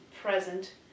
present